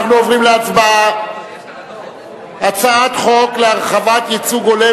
אנחנו עוברים להצבעה על הצעת חוק להרחבת ייצוג הולם